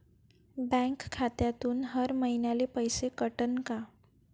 Bank खात्यातून हर महिन्याले पैसे कटन का?